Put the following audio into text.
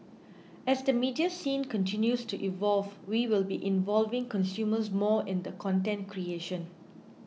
as the media scene continues to evolve we will be involving consumers more in the content creation